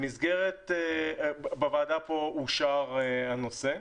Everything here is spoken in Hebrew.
בוועדה פה אושר הנושא,